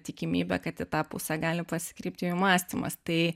tikimybė kad tą pusę gali pasikreipti jo mąstymas tai